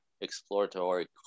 exploratory